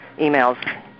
emails